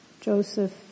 Joseph